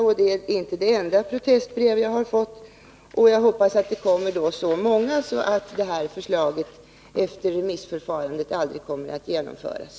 Det är inte det enda protestbrev jag har fått. Jag hoppas att det kommer så många att det här förslaget efter remissförfarandet aldrig kommer att genomföras.